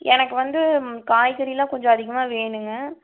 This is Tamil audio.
எனக்கு வந்து காய்கறிலாம் கொஞ்சம் அதிகமாக வேணுங்க